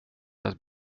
att